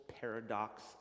paradox